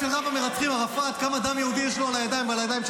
אדוני היו"ר, יש לנו פה ערכאת ערעור,